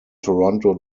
toronto